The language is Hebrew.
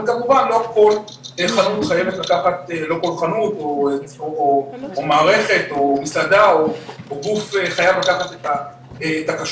וכמובן לא כל חנות או מערכת או מסעדה או גוף חייב לקחת את הכשרות,